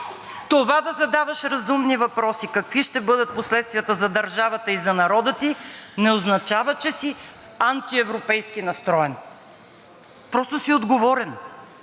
Това да задаваш разумни въпроси – какви ще бъдат последствията за държавата и за народа ти, не означава, че си антиевропейски настроен. Просто си отговорен